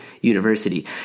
University